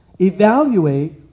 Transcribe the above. evaluate